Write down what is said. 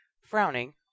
Frowning